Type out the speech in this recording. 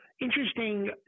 interesting